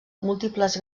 múltiples